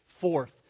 Fourth